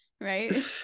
right